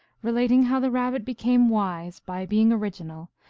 relating how the rabbit became wise by being origi nal,